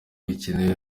bikenewe